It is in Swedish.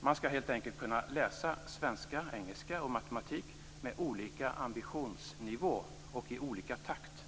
Man skall helt enkelt kunna läsa svenska, engelska och matematik med olika ambitionsnivå och i olika takt.